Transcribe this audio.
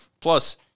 Plus